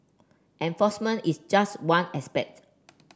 enforcement is just one aspect